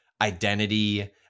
identity